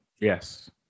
Yes